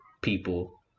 people